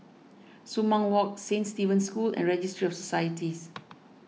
Sumang Walk Saint Stephen's School and Registry of Societies